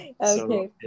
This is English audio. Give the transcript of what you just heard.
okay